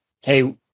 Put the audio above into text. Hey